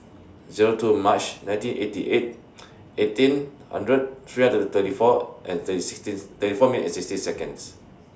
Zero two March nineteen eighty eight eighteen hundred thirty four minutes sixteen